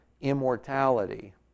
immortality